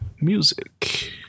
Music